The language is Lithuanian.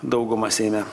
daugumą seime